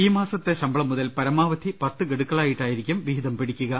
ഈ മാസത്തെ ശമ്പളം മുതൽ പരമാവധി പത്ത് ഗഡുക്കളായിട്ടായിരിക്കും വിഹിതം പിടിക്കുക